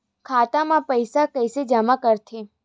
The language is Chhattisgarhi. खाता म पईसा कइसे जमा करथे?